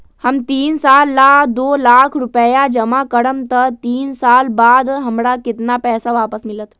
हम तीन साल ला दो लाख रूपैया जमा करम त तीन साल बाद हमरा केतना पैसा वापस मिलत?